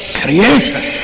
creation